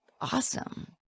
awesome